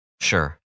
Sure